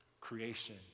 creation